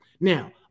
Now